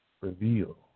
reveal